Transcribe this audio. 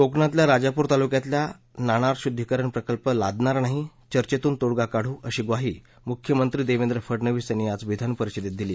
कोकणातल्या राजापूर तालुक्यातला नाणार शुद्दीकरण प्रकल्प लादणार नाही चर्चेतून तोडगा काढू अशी ग्वाही मुख्यमंत्री देवेंद्र फडनवीस यांनी आज विधानपरिषदेत दिली